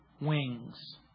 wings